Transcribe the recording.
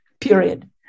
period